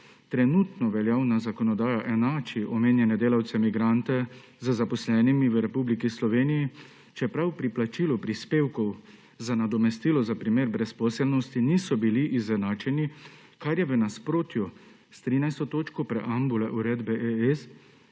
Trenutno veljavna zakonodaja enači omenjene delavce migrante z zaposlenimi v Republiki Sloveniji, čeprav pri plačilu prispevkov za nadomestilo za primer brezposelnosti niso bili izenačeni, kar je v nasprotju s 13. točko preambule Uredbe ES,